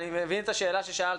אני מבין את השאלה ששאלת,